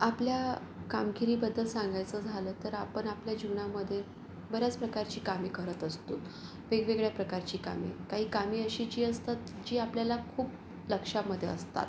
आपल्या कामगिरीबद्दल सांगायचं झालं तर आपण आपल्या जीवनामध्ये बऱ्याच प्रकारची कामे करत असतो वेगवेगळ्या प्रकारची कामे काही कामे अशी जी असतात जी आपल्याला खूप लक्षामध्ये असतात